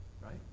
right